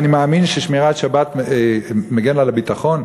שאני מאמין ששמירת שבת מגינה על הביטחון?